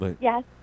yes